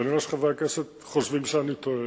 ואני רואה שחברי הכנסת חושבים שאני טועה,